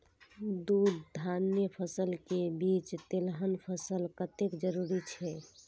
दू धान्य फसल के बीच तेलहन फसल कतेक जरूरी छे?